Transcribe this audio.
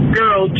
girl